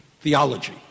theology